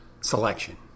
selection